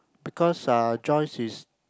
because uh Joyce is